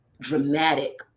dramatic